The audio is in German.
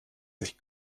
sich